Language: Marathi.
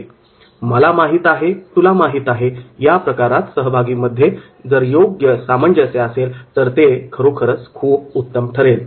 'मला माहित आहे तुला माहित आहे' या प्रकारात सहभागीमध्ये जर योग्य सामंजस्य असेल तर ते खरोखरच खूप उत्तम ठरेल